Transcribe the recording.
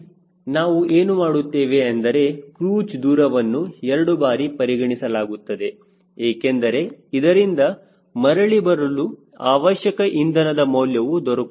ಹೀಗಾಗಿ ನಾವು ಏನು ಮಾಡುತ್ತೇವೆ ಎಂದರೆ ಕ್ರೂಜ್ ದೂರವನ್ನು ಎರಡು ಬಾರಿ ಪರಿಗಣಿಸಲಾಗುತ್ತದೆ ಏಕೆಂದರೆ ಇದರಿಂದ ಮರಳಿ ಬರಲು ಅವಶ್ಯಕ ಇಂಧನದ ಮೌಲ್ಯವು ದೊರಕುತ್ತದೆ